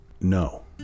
No